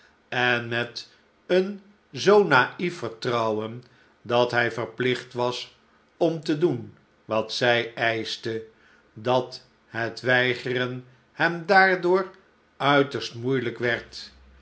en met een zoo naief vertrouwen dat hij verplicht was om te doen wat zij eisehte dat het weigeren hem daardoor uiterst moeielijk werd